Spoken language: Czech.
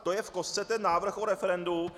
To je v kostce ten návrh o referendu.